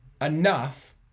enough